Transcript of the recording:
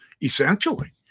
essentially